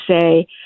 say